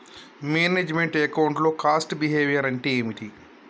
Manage meant account లో cost behaviour అంటే ఏమిటి?